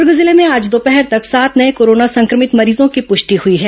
दुर्ग जिले में आज दोपहर तक सात नये कोरोना संक्रमित मरीजों की पुष्टि हुई है